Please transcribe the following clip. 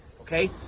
Okay